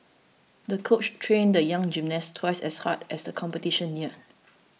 the coach trained the young gymnast twice as hard as the competition neared